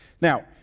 Now